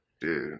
Dude